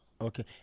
Okay